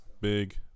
big